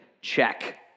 check